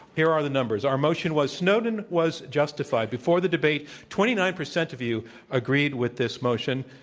here are the numbers. our motion was snowden was justified. before the debate, twenty nine percent of you agreed with this motion,